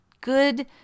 good